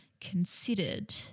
considered